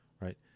right